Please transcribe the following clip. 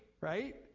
right